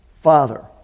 Father